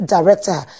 Director